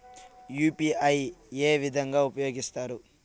UPI ఏ విధంగా ఉపయోగిస్తారు?